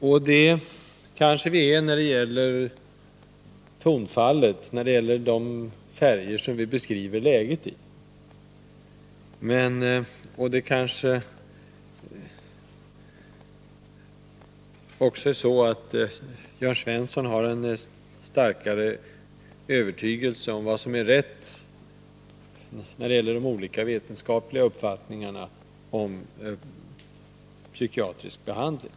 Och det kanske vi är då det gäller tonfallet, då det gäller de färger som vi beskriver läget med. Det kanske också är så, att Jörn Svensson har en starkare övertygelse om vad som är rätt då det gäller de olika vetenskapliga uppfattningarna om psykiatrisk behandling.